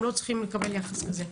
הם לא צריכים לקבל יחס כזה.